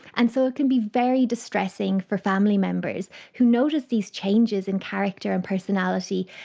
and so it can be very distressing for family members who notice these changes in character and personality,